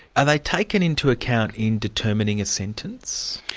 are they taken into account in determining a sentence?